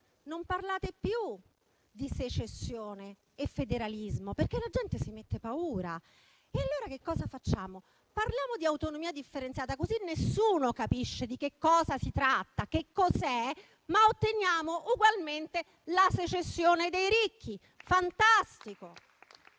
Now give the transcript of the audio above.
non parlate più di secessione e di federalismo, perché la gente si mette paura, allora parliamo di autonomia differenziata, così nessuno capisce di che cosa si tratta, che cos'è, ma otteniamo ugualmente la secessione dei ricchi. È fantastico.